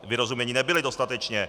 Vyrozuměni nebyli dostatečně.